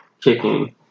kicking